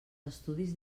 estudis